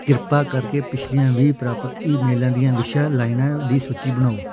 ਕਿਰਪਾ ਕਰਕੇ ਪਿਛਲੀਆਂ ਵੀਹ ਪ੍ਰਾਪਤ ਈਮੇਲਾਂ ਦੀਆਂ ਵਿਸ਼ਾ ਲਾਈਨਾਂ ਦੀ ਸੂਚੀ ਬਣਾਓ